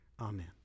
Amen